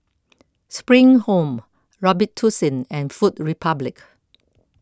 Spring Home Robitussin and Food Republic